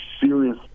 serious